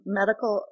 medical